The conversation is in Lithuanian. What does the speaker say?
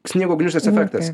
sniego gniūžtės efektas